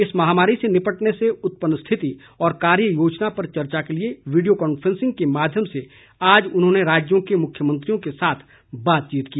इस महामारी से निपटने से उत्पन्न स्थिति और कार्य योजना पर चर्चा के लिए वीडियो कांफ्रेंस के माध्यम से आज उन्होंने राज्यों के मुख्यमंत्रियों के साथ बातचीत की